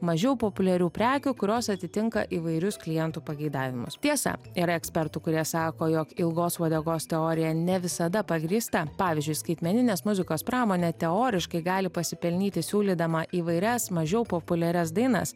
mažiau populiarių prekių kurios atitinka įvairius klientų pageidavimus tiesa yra ekspertų kurie sako jog ilgos uodegos teorija ne visada pagrįsta pavyzdžiui skaitmeninės muzikos pramonė teoriškai gali pasipelnyti siūlydama įvairias mažiau populiarias dainas